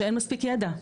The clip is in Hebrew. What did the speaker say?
שאין מספיק ידע.